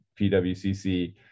PWCC